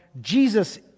Jesus